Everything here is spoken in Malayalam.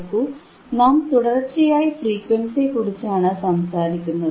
നോക്കൂ നാം തുടർച്ചയായി ഫ്രീക്വൻസിയെക്കുറിച്ചാണ് സംസാരിക്കുന്നത്